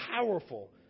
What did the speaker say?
powerful